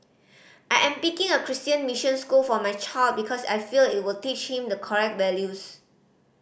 I am picking a Christian mission school for my child because I feel it would teach him the correct values